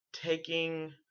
taking